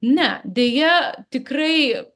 ne deja tikrai